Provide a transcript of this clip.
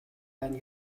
байна